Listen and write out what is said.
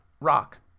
Rock